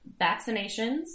vaccinations